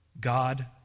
God